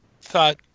thought